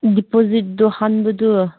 ꯗꯤꯄꯣꯖꯤꯠꯇꯨ ꯍꯥꯟꯕꯗꯨ